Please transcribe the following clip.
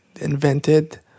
invented